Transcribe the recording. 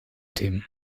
themen